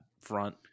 front